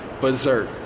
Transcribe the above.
Berserk